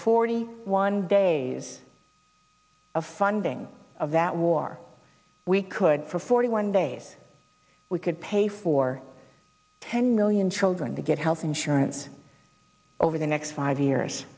forty one days of funding of that war we could for forty one days we could pay for ten million children to get health insurance over the next five years